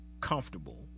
comfortable